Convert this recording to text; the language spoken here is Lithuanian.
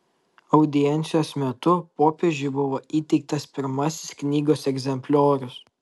audiencijos metu popiežiui buvo įteiktas pirmasis knygos egzempliorius